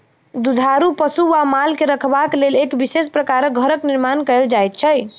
दुधारू पशु वा माल के रखबाक लेल एक विशेष प्रकारक घरक निर्माण कयल जाइत छै